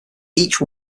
each